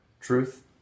Truth